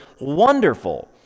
wonderful